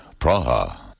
Praha